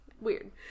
weird